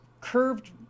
curved